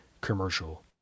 commercial